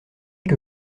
que